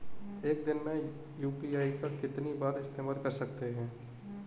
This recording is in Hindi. एक दिन में यू.पी.आई का कितनी बार इस्तेमाल कर सकते हैं?